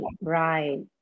right